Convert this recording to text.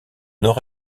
nord